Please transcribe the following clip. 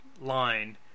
line